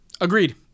agreed